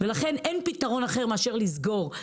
לכן אין פתרון אחר אלא לסגור.